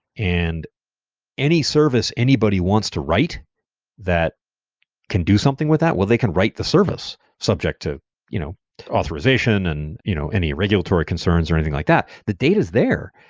and any service anybody wants to write that can do something with that, well, they can write the service subject to you know authorization and you know any regulatory concerns or anything like that. the data is there.